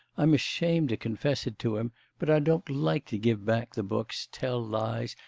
i'm ashamed to confess it to him but i don't like to give back the books, tell lies,